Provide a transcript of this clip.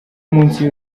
munsi